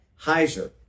Heiser